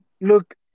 look